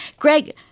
Greg